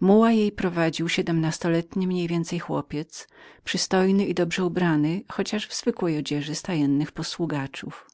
prowadzący jej muła był także siedmnastoletni chłopiec ale przystojny i dobrze ubrany chociaż w zwykłej odzieży stajennych posługaczów